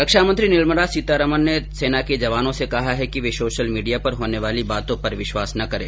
रक्षामंत्री निर्मला सीतारामन ने सेना के जवानों से कहा है कि वे सोशल मीडिया पर होने वाली बातों पर विश्वास न करें